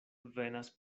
venas